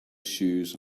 shoes